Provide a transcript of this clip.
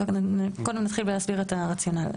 קודם נתחיל בלהסביר את הרציונל.